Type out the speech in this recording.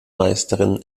meisterin